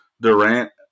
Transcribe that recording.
Durant